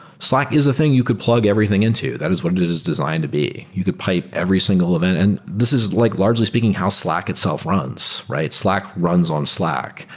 slack is the thing you could plug everything into. that is what it it is designed to be. you could pipe every single event, and this is like largely speaking how slack itself runs, right? slack runs on slack.